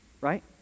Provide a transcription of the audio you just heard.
right